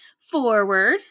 forward